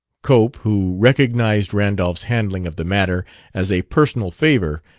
cope, who recognized randolph's handling of the matter as a personal favor,